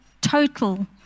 total